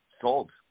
sold